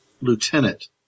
lieutenant